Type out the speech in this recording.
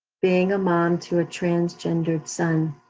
being a mom to a transgendered son.